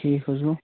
ٹھیٖک حظ گوٚو